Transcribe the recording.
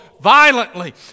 violently